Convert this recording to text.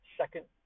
second